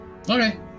Okay